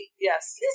yes